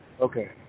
Okay